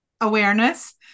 awareness